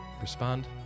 respond